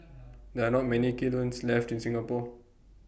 there are not many kilns left in Singapore